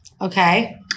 Okay